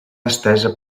estesa